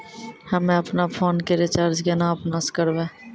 हम्मे आपनौ फोन के रीचार्ज केना आपनौ से करवै?